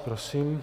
Prosím.